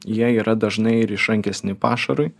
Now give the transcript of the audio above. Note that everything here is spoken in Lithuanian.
jie yra dažnai ir išrankesni pašarui